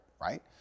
right